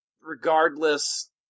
regardless